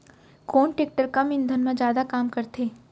कोन टेकटर कम ईंधन मा जादा काम करथे?